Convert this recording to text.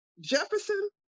Jefferson